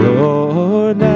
Lord